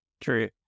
true